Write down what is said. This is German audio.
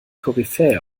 koryphäe